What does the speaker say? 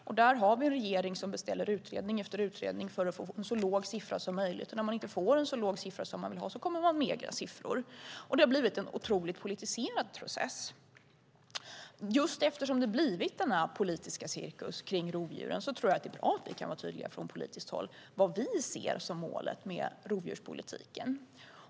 Och vi har en regering som beställer utredning efter utredning för att få en så låg siffra som möjligt, och när man inte får en så låg siffra som man vill ha kommer man med egna siffror. Det har blivit en otroligt politiserad process. Just eftersom det har blivit denna politiska cirkus kring rovdjuren tror jag att det är bra om vi kan vara tydliga från politiskt håll med vad vi ser som målet med rovdjurspolitiken.